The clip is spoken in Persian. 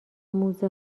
موزه